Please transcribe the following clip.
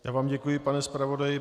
Já vám děkuji, pane zpravodaji.